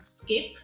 skip